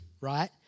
right